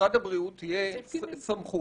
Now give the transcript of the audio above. למשרד הבריאות תהיה סמכות